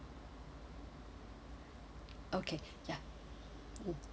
okay ya mm